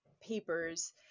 papers